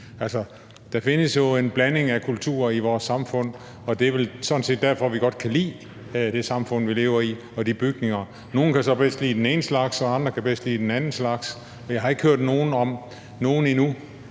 der findes jo en blanding af kultur i vores samfund, og det er vel sådan set derfor, vi godt kan lide det samfund, vi lever i, og de bygninger. Nogle kan så bedst lide den ene slags, og andre kan bedst lide den anden slags. Jeg har ikke hørt nogen endnu,